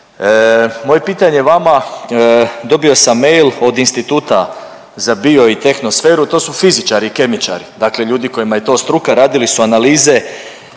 Moje pitanje vama, dobio sam mail od Instituta za bio i tehno sferu, to su fizičari i kemičari, dakle ljudi kojima je to struka radili su analize